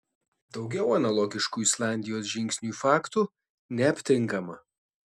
daugiau analogiškų islandijos žingsniui faktų neaptinkama